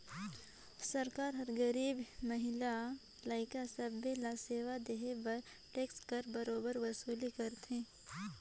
सरकार हर गरीबहा, महिला, लइका सब्बे ल सेवा देहे बर टेक्स कर बरोबेर वसूली करथे